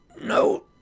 No